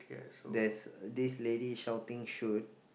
there's this lady shouting shoot